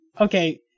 Okay